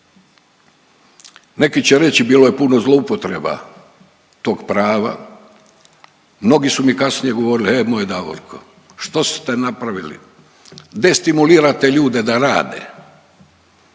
Neki će reći bilo je puno zloupotreba tog prava, mnogi su mi kasnije govorili e moj Davorko, što ste napravili. Destimulirate ljude da rade.